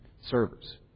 servers